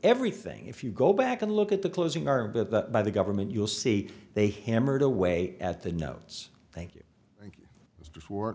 everything if you go back and look at the closing are by the government you'll see they hammered away at the notes thank you